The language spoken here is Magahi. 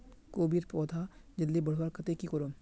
कोबीर पौधा जल्दी बढ़वार केते की करूम?